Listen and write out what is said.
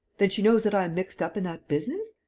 then she knows that i am mixed up in that business.